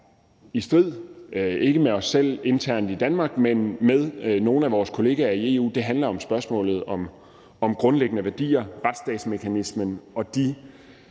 i strid – ikke med os selv internt i Danmark – men med nogle af vores kolleger i EU. Det handler om spørgsmålet om grundlæggende værdier, retsstatsmekanismen og de